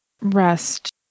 rest